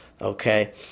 okay